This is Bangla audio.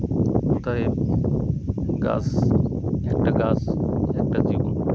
প্রকারের গাছ একটা গাছ একটা জীবন